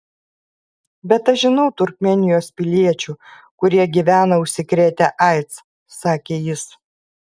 bet aš žinau turkmėnijos piliečių kurie gyvena užsikrėtę aids sakė jis